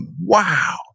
wow